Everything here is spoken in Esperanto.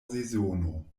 sezono